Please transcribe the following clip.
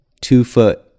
two-foot